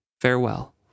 Farewell